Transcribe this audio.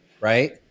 right